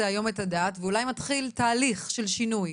היום את הדעת ואולי מתחיל תהליך של שינוי.